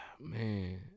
man